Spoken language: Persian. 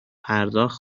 پرداخت